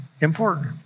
important